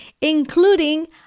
including